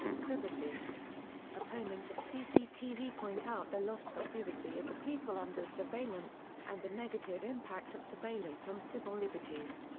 privacy opponents of cctv point out the loss of privacy of the people under surveillance, and the negative impact of surveillance on civil liberties.